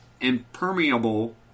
impermeable